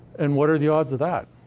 and what are the odds of that?